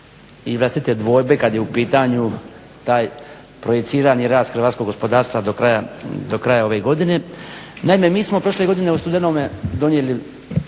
i vlastite dvojbe kad je u pitanju taj projicirani rast hrvatskog gospodarstva do kraja ove godine. Naime, mi smo prošle godine u studenome donijeli